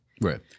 Right